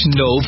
no